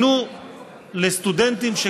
שינו לסטודנטים,